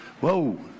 whoa